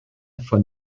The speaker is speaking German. von